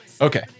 Okay